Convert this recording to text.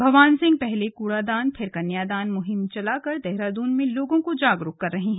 भवान सिंह पहले कूड़ादान फिर कन्यादान मुहिम चलाकर देहरादून में लोगों को जागरूक कर रहे हैं